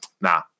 nah